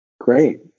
great